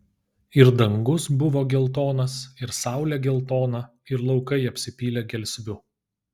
ir dangus buvo geltonas ir saulė geltona ir laukai apsipylė gelsviu